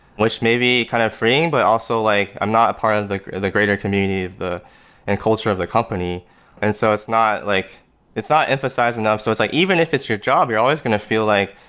which may be kind of freeing, but also like i'm not a part of the the greater community, of the and culture of the company and so it's not like it's not emphasized enough, so it's like, even if it's your job, you're always going to feel like,